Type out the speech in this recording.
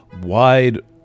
wide